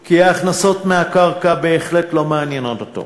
כי ההכנסות מהקרקע בהחלט לא מעניינות אותו,